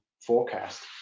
forecast